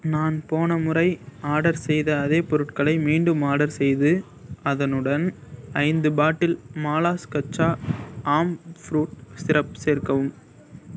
நான் போன முறை ஆர்டர் செய்த அதே பொருட்களை மீண்டும் ஆர்டர் செய்து அதனுடன் ஐந்து பாட்டில் மாலாஸ் கச்சா ஆம் ஃப்ரூட் சிரப் சேர்க்கவும்